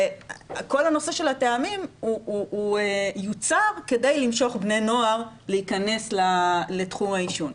וכל הנושא של הטעמים הוא יוצר כדי למשוך בני נוער להכנס לתחום העישון.